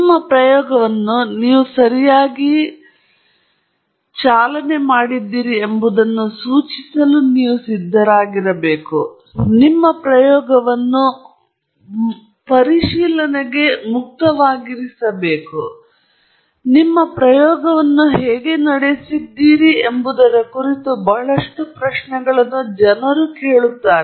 ನಿಮ್ಮ ಪ್ರಯೋಗವನ್ನು ನೀವು ಸರಿಯಾಗಿ ರನ್ ಮಾಡಿದ್ದೀರಿ ಎಂಬುದನ್ನು ಸೂಚಿಸಲು ನೀವು ಸಿದ್ಧರಾಗಿರಬೇಕು ಮತ್ತು ನಿಮ್ಮ ಪ್ರಯೋಗವನ್ನು ಪರಿಶೀಲನೆಗೆ ಮುಕ್ತವಾಗಿರಬೇಕು ನೀವು ಪ್ರಯೋಗವನ್ನು ಹೇಗೆ ನಡೆಸಿದ್ದೀರಿ ಎಂಬುದರ ಕುರಿತು ಬಹಳಷ್ಟು ಪ್ರಶ್ನೆಗಳನ್ನು ಜನರು ಕೇಳಿಕೊಳ್ಳಬೇಕು